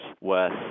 worth